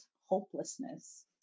hopelessness